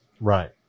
Right